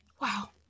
Wow